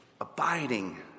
abiding